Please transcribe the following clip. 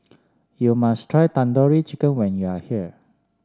you must try Tandoori Chicken when you are here